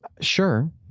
Sure